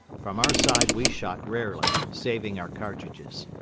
from our side we shot rarely, saving our cartridges.